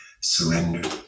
surrender